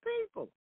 people